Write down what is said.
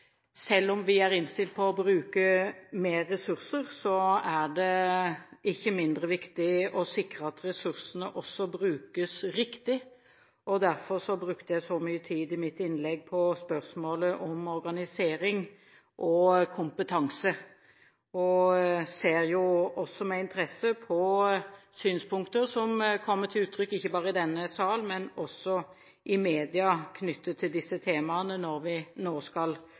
selv om vi er innstilt på å bruke mer ressurser, er det ikke mindre viktig å sikre at ressursene brukes riktig. Derfor brukte jeg så mye tid i mitt innlegg på spørsmålet om organisering og kompetanse. Jeg ser også med interesse på synspunkter som kommer til uttrykk ikke bare i denne sal, men også i media, knyttet til disse temaene når vi nå skal